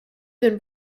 than